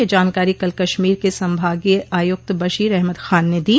यह जानकारी कल कश्मीर के संभागीय आयुक्त बशीर अहमद खान ने दी